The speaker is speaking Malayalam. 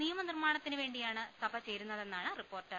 നിയമനിർമ്മാണത്തിനുവേണ്ടിയാണ് സഭ ചേരുന്നതെന്നാണ് റിപ്പോർട്ട്